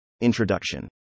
Introduction